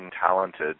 talented